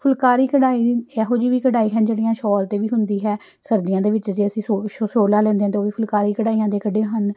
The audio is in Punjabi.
ਫੁਲਕਾਰੀ ਕਢਾਈ ਇਹੋ ਜਿਹੀ ਵੀ ਕਢਾਈ ਹਨ ਜਿਹੜੀਆਂ ਸ਼ੋਲ 'ਤੇ ਵੀ ਹੁੰਦੀ ਹੈ ਸਰਦੀਆਂ ਦੇ ਵਿੱਚ ਜੇ ਅਸੀਂ ਸ਼ੋਲਾਂ ਲੈਂਦੇ ਹਨ ਤਾਂ ਉਹ ਵੀ ਫੁਲਕਾਰੀ ਕਢਾਈਆਂ ਦੇ ਕੱਢੇ ਹਨ